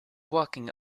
walking